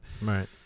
Right